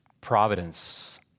providence